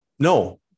No